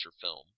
film